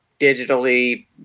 digitally